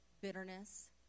bitterness